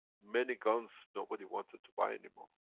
many guns, nobody wanted to buy anymore.